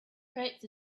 creates